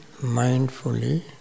mindfully